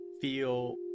feel